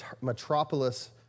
metropolis